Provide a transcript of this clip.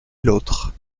l’autre